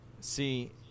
See